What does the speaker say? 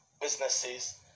businesses